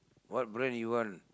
what brand you want